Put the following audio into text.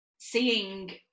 Seeing